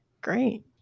great